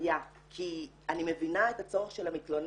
בעיה כי אני מבינה את הצורך של המתלוננת,